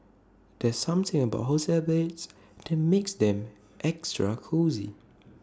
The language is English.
there's something about hotel beds that makes them extra cosy